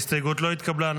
ההסתייגות לא התקבלה.